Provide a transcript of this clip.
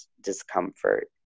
discomfort